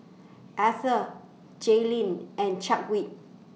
Eathel Jalynn and Chadwick